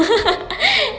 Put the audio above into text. okay okay